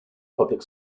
public